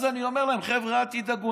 אז אני אומר להם: חבר'ה אל תדאגו,